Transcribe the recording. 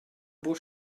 buca